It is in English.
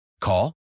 Call